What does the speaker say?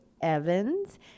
Evans